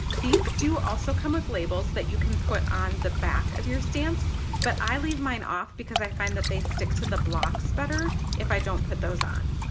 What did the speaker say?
these do also come with labels that you can put on the back of your stamps but i leave mine off because i find that they stick to the blocks better if i don't put those on.